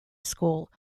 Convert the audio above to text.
school